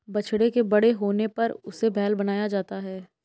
बछड़े के बड़े होने पर उसे बैल बनाया जाता है